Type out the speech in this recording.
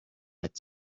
its